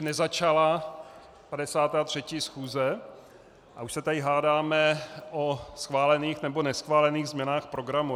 Ještě nezačala 53. schůze a už se tady hádáme o schválených nebo neschválených změnách programu.